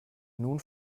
nun